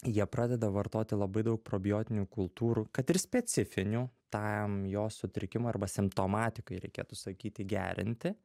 jie pradeda vartoti labai daug probiotinių kultūrų kad ir specifinių tam jo sutrikimui arba simptomatikai reikėtų sakyti gerinti